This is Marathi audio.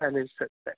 चालेल सर चालेल